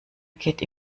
geht